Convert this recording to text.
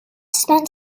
spent